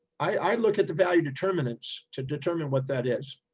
i look at the value determinants to determine what that is.